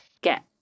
get